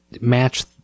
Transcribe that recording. match